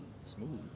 smooth